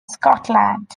scotland